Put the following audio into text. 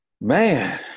Man